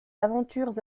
aventures